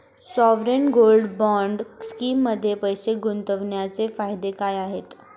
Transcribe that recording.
Sovereign gold bond स्कीममध्ये पैसे गुंतवण्याचे फायदे काय आहेत?